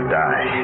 die